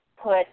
put